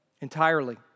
entirely